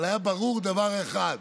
אבל היה ברור דבר אחד,